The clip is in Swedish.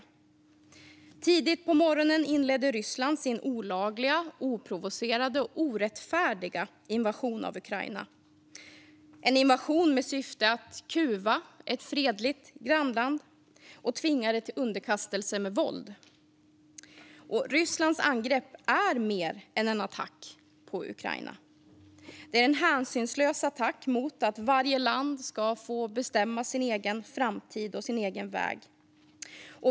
Tidigt på morgonen inledde Ryssland sin olagliga, oprovocerade och orättfärdiga invasion av Ukraina - en invasion med syfte att kuva ett fredligt grannland och med våld tvinga det till underkastelse. Rysslands angrepp är mer än en attack på Ukraina. Det är en hänsynslös attack mot att varje land ska få bestämma sin egen framtid och sin egen väg.